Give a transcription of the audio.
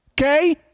Okay